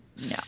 no